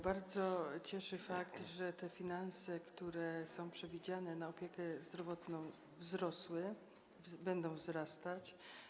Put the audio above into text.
Bardzo cieszy fakt, że środki finansowe, które są przewidziane na opiekę zdrowotną, wzrosły, będą wzrastać.